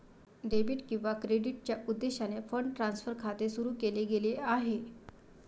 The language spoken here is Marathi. डेबिट किंवा क्रेडिटच्या उद्देशाने फंड ट्रान्सफर खाते सुरू केले गेले आहे